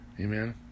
Amen